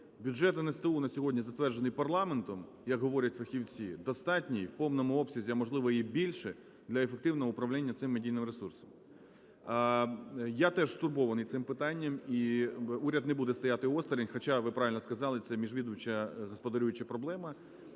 Бюджет НСТУ на сьогодні затверджений парламентом, як говорять фахівці, достатній в повному обсязі, а, можливо, і більше, для ефективного управління цим медійним ресурсом. Я теж стурбований цим питанням, і уряд не буде стояти осторонь, хоча, ви правильно сказали, це міжвідомча господарююча проблема.